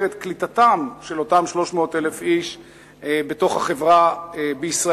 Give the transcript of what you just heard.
את קליטתם של אותם 300,000 איש בחברה בישראל.